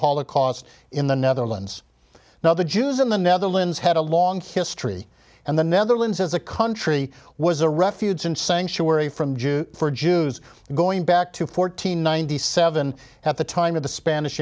holocaust in the netherlands now the jews in the netherlands had a long history and the netherlands as a country was a refuge and sanctuary from jews for jews going back to fourteen ninety seven at the time of the spanish